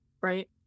Right